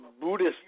Buddhist